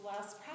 last